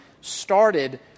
started